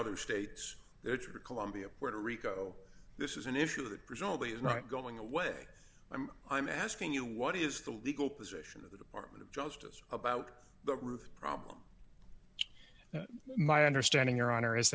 other states colombia puerto rico this is an issue that presumably is not going away i'm asking you what is the legal position of the department of justice about the root problem my understanding your honor is